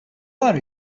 are